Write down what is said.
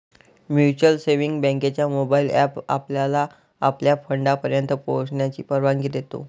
mutual savings बँकेचा mobile app आपल्याला आपल्या फंडापर्यंत पोहोचण्याची परवानगी देतो